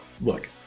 look